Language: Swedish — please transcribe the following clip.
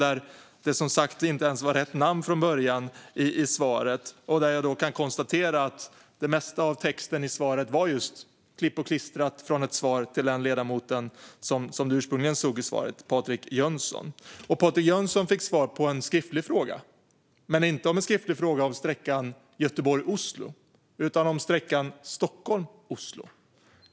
Det var ju som sagt inte ens rätt namn från början, och det mesta av texten är klippt och klistrat från svaret till den ledamot vars namn ursprungligen stod i svaret, Patrik Jönsson - ett svar på en skriftlig fråga om sträckan Stockholm-Oslo, inte sträckan Göteborg-Oslo.